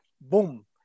boom